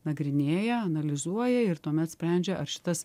nagrinėja analizuoja ir tuomet sprendžia ar šitas